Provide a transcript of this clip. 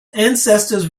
ancestors